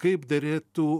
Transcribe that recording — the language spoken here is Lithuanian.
kaip derėtų